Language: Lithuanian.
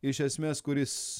iš esmės kuris